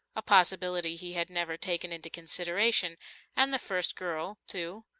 a possibility he had never taken into consideration and the first girl, too,